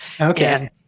Okay